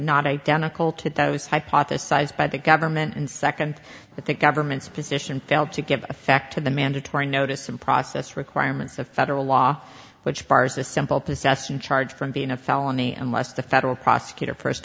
not identical to those hypothesized by the government and second that the government's position failed to give effect to the mandatory notice and process requirements of federal law which bars a simple possession charge from being a felony unless the federal prosecutor first